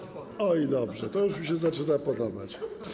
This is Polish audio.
Dobrze, to już mi się zaczyna podobać.